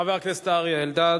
חבר הכנסת אריה אלדד,